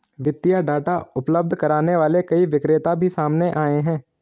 वित्तीय डाटा उपलब्ध करने वाले कई विक्रेता भी सामने आए हैं